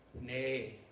nay